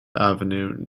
avenue